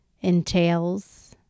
entails